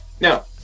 No